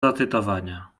zacytowania